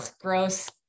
gross